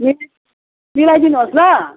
मि मिलाइदिनु होस् ल